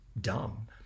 dumb